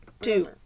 Two